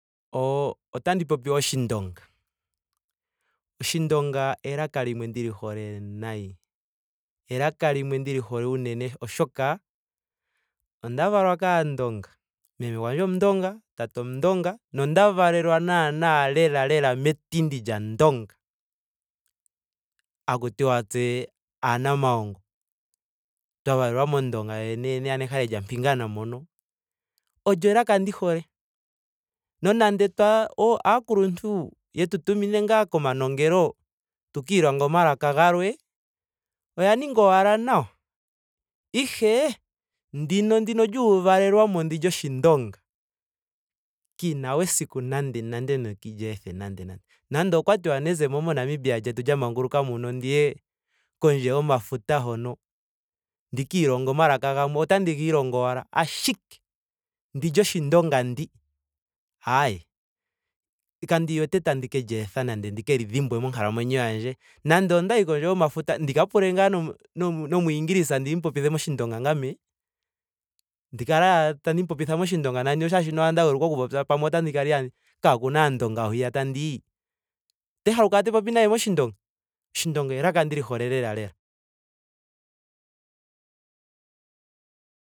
O- otandi popi oshindonga. Oshindonga elaka limwe ndili hole nayi. Elaka limwe ndili hole unene oshoka onda valwa kaandonga. meme gwandje omundonga. tate gwandje omundonga nonda valelwa naana lela lela metindi lya ondonga. Haku tiwa tse aanamayongo. Twa valelwa mondonga yoyene yene ya nehale lya mpingana mono. Olyo elaka ndi hole. Nonando twa. o- aakuluntu yetu tumine ngaa komanongelo tuka ilonge omalaka galwe. oya ninga owala nawa. ihe ndino ndino lyuuvalelwa mo ndi lyoshindonga kandi na we esiiku nande nande ndili ethe nande nande. Nande okwa tiwa nandi zemo mo namibia lyetu lya manguluka muka ndiye kondje yomafuta hono. ndi ka ilongela omalaka gamwe otandi ga ilongo owala. ashike ndi lyoshindonga ndi ayee kandi wete tandi ke li etha nande ndi ke li dhimbwe monkalamwenyo yandje. nando ondi ye kondje yomafuta ndi ka pule ngaa nomwi nomwiingilisa ndimu popithe moshindonga ngame. Ndi kale ashike tandi mu popitha moshindonga nani osho ashike nda yuulukwa oku popya pamwe otandi kala ihaandi kaakuna aandonga hwiya tandi yi. ote haluka ashike te popi naye moshindonga. Oshindonga elaka ndili hole lela